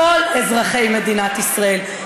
כל אזרחי מדינת ישראל.